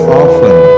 often